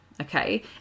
Okay